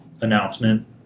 announcement